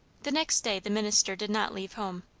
the next day the minister did not leave home.